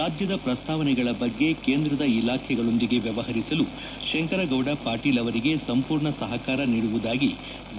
ರಾಜ್ಯದ ಪ್ರಸ್ತಾವನೆಗಳ ಬಗ್ಗೆ ಕೇಂದ್ರದ ಇಲಾಖೆಗಳೊಂದಿಗೆ ವ್ಯವಹರಿಸಲು ಶಂಕರಗೌಡ ಪಾಟೀಲ್ ಅವರಿಗೆ ಸಂಪೂರ್ಣ ಸಹಕಾರ ನೀಡುವುದಾಗಿ ಡಿ